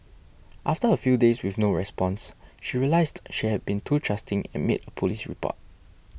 after a few days with no response she realised she had been too trusting and made a police report